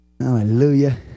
Hallelujah